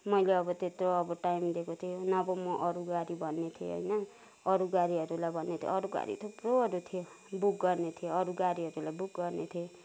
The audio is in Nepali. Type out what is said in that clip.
मैले अबो त्यत्रो अब टाइम दिएको थिएँ नभए म अरू गाडी भन्ने थिएँ होइन अरू गाडीहरूलाई भनेर अरू गाडी थुप्रोहरू थियो बुक गर्ने थियो अरू गाडीहरूलाई बुक गर्ने थिएँ